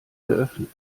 geöffnet